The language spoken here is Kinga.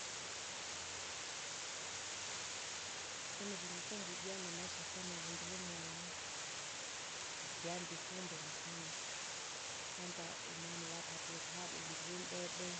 une ikumbukumbu jane amaisha gane vundilimwana, ndyandikumbuka sana, kwanza umama wapatire itabu undirindebe,